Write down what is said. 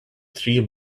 tree